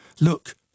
look